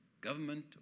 government